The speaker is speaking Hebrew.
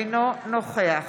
אינו נוכח